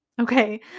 Okay